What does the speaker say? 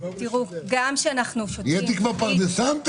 נהייתי כבר פרדסן.